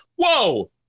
Whoa